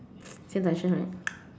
same direction right